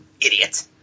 Idiot